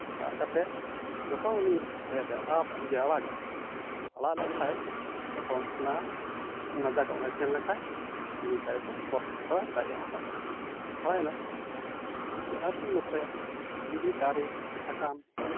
ᱫᱟᱜ ᱠᱟᱛᱮᱫ ᱡᱚᱠᱷᱚᱱ ᱩᱱᱤ ᱮᱥᱯᱨᱮᱭᱟᱫᱟ ᱟᱫᱚ ᱤᱭᱟᱹ ᱟᱲᱟᱜᱟ ᱟᱲᱟᱜ ᱞᱮᱠᱷᱟᱱ ᱛᱚᱠᱷᱚᱱ ᱚᱱᱟ ᱚᱱᱟ ᱡᱟᱠ ᱚᱱᱟ ᱥᱮᱱ ᱞᱮᱱᱠᱷᱟᱱ ᱩᱱᱤ ᱫᱟᱨᱮ ᱫᱚ ᱯᱚᱨᱼᱯᱚᱨᱚᱭ ᱫᱟᱨᱮ ᱦᱟᱨᱟᱜᱼᱟ ᱦᱟᱨᱟᱭᱮᱱᱟ ᱟᱨ ᱵᱚᱱ ᱞᱚᱠᱠᱷᱳᱭᱟ ᱡᱩᱫᱤ ᱫᱟᱨᱮ ᱥᱟᱠᱟᱢ